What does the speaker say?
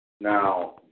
Now